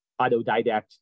autodidact